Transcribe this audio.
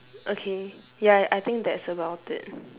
okay ya I I think that's about it